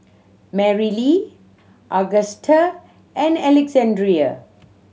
Marylee Augusta and Alexandrea